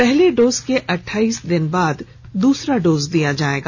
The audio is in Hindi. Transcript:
पहले डोज के अठाइस दिन बाद दूसरा डोज दिया जाएगा